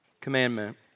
commandment